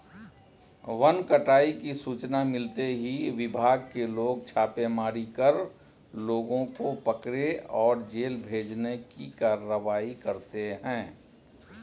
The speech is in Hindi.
वन कटाई की सूचना मिलते ही विभाग के लोग छापेमारी कर लोगों को पकड़े और जेल भेजने की कारवाई करते है